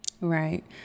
Right